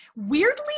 weirdly